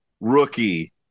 rookie